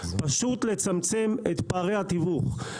פשוט לצמצם את פערי התיווך,